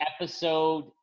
episode